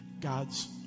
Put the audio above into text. God's